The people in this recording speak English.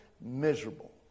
Miserable